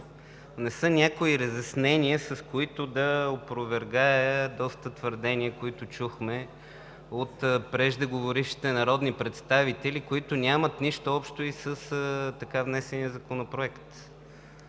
внеса някои разяснения, с които да опровергая доста твърдения, които чухме от преждеговорившите народни представители, които нямат нищо общо с така внесения законопроект.